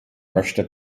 möchte